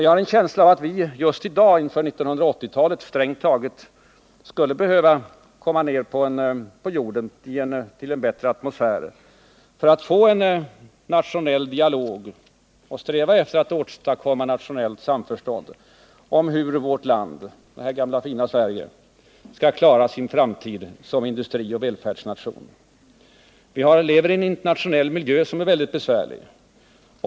Jag har en känsla av att vi just i dag, inför 1980-talet, strängt taget skulle behöva komma ner på jorden, till en bättre atmosfär, för att få en nationell dialog till stånd och sträva efter att åstadkomma nationellt samförstånd om hur vårt land — gamla, fina Sverige — skall klara sin framtid som industrioch välfärdsnation. Vi lever i en internationell miljö som är mycket besvärlig.